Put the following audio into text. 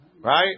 Right